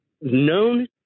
known